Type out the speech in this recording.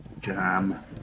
jam